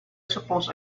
suppose